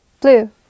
Blue